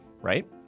right